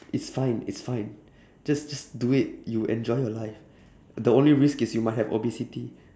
it's fine it's fine just just do it you will enjoy your life the only risk is you might have obesity